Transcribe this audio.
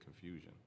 confusion